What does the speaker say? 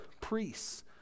priests